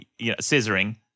scissoring